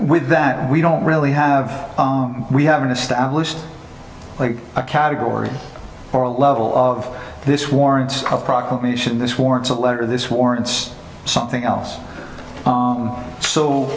with that we don't really have we haven't established like a category or a level of this warrants a proclamation this warrants a letter this warrants something else